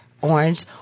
Orange